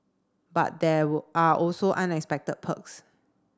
but there were are also unexpected perks